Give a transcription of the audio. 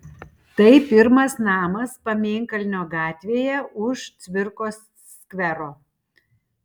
tai pirmas namas pamėnkalnio gatvėje už cvirkos skvero